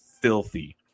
filthy